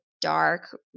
dark